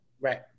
Right